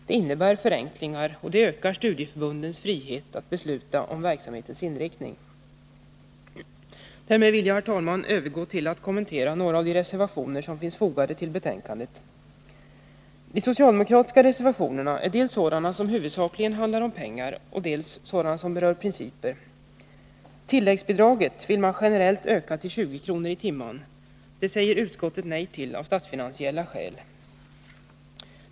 Det innebär förenklingar och det ökar studieförbundens frihet att besluta om verksamhetens inriktning. Därmed vill jag, herr talman, övergå till att kommentera några av de reservationer som finns fogade till betänkandet. De socialdemokratiska reservationerna är dels sådana som huvudsakligen handlar om pengar, dels sådana som berör principer. Tilläggsbidraget vill man generellt öka till 20 kr. per timme. Det säger utskottet nej till av statsfinansiella skäl.